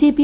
JP